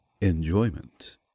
enjoyment